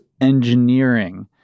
engineering